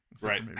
right